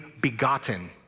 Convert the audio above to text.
begotten